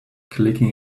clicking